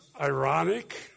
ironic